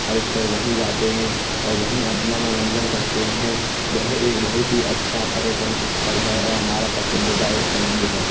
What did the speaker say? अधिकतर वहीं जाते हैं और वहीं अपना मनोरंजन करते हैं वह एक बहुत ही अच्छा पर्यटन स्थल है और हमारा पसंदीदा स्थल भी है